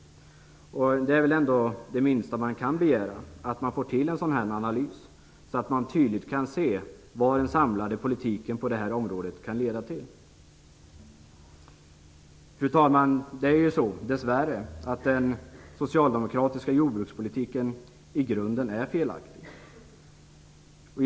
Det minsta man kan begära är väl att få en sådan analys gjord, så att man tydligt kan se vad den samlade politiken på det här området kan leda till. Fru talman! Det är dess värre så att den socialdemokratiska jordbrukspolitiken i grunden är felaktig.